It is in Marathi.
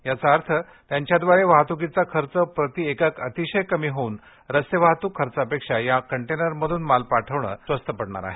याचा अर्थ त्यांच्यादवारे वाहत्कीचा खर्च प्रति एकक अतिशय कमी होऊन रस्ते वाहतूक खर्चापेक्षा या कंटेनरमधून माल पाठवणं स्वस्त पडणार आहे